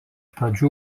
pradžių